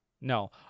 No